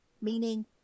meaning